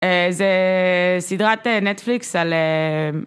זה סדרת נטפליקס על...